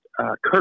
Kirk